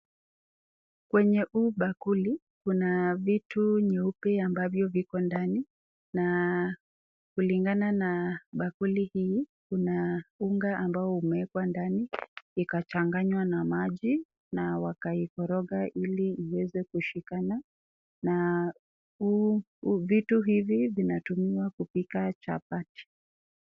Kwenye huu bakuli kuna vitu nyeupe ambavyo viko ndani. Na kulingana na bakuli hii kuna unga ambao umewekwa ndani ikachanganywa na maji na wakaikoroga ili iweze kushikana. Na vitu hivi vinatumiwa kupika chapati.